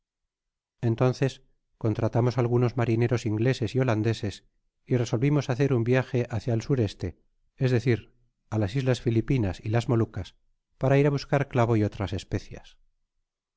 entonces contratamos algunos marineros ingleses y holandeses y resolvimos hacer un viaje hácia el s e w decir á las islas filipinas y las molucas para ir á buscar clavo y otras especias